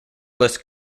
lists